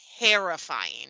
terrifying